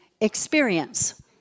experience